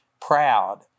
proud